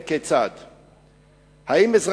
2. אם כן, כיצד?